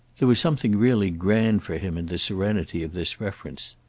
there was something really grand for him in the serenity of this reference.